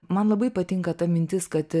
man labai patinka ta mintis kad